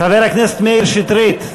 חבר הכנסת מאיר שטרית,